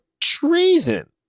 treason